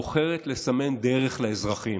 בוחרת לסמן דרך לאזרחים: